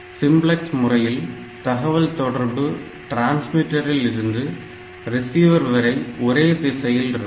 simplex முறையில் தகவல் தொடர்பு டிரான்ஸ்மிட்டரில் இருந்து ரிசிவர் வரை ஒரே திசையில் இருக்கும்